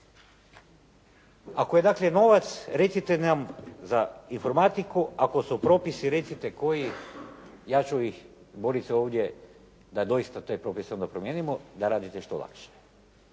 dakle novac, recite nam za informatiku, ako su propisi recite koji, ja ću ih boriti se ovdje da doista taj propis onda promijenimo, da radite što lakše,